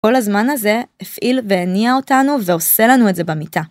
כל הזמן הזה, הפעיל והניע אותנו ועושה לנו את זה במיטה.